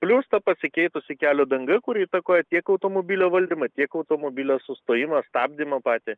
plius ta pasikeitusi kelio danga kuri įtakoja tiek automobilio valdymą tiek automobilio sustojimą stabdymą patį